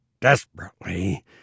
desperately